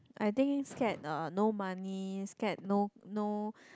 I think scared uh no money scared no no